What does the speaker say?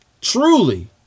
Truly